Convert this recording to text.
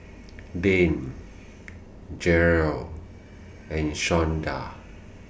Dane Jerrel and Shawnda